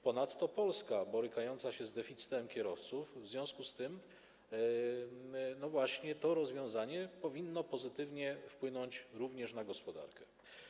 Ponadto Polska boryka się z deficytem kierowców, w związku z tym właśnie to rozwiązanie powinno pozytywnie wpłynąć również na gospodarkę.